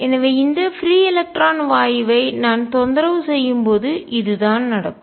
எனவே இந்த free electron வாயுவை நான் தொந்தரவு செய்யும் போது இதுதான் நடக்கும்